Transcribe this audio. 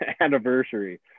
anniversary